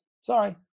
Sorry